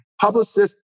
publicist